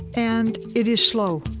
and it is slow.